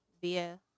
via